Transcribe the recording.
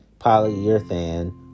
polyurethane